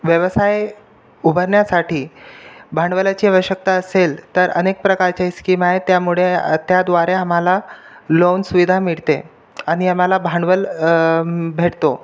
व्यवसाय उभारण्यासाठी भांडवलाची आवश्यकता असेल तर अनेक प्रकारच्या स्कीम आहे त्यामुळे त्याद्वारे आम्हाला लोन सुविधा मिळते आणि आम्हाला भांडवल भेटतो